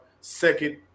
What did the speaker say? second